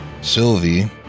Sylvie